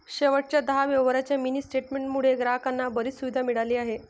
शेवटच्या दहा व्यवहारांच्या मिनी स्टेटमेंट मुळे ग्राहकांना बरीच सुविधा मिळाली आहे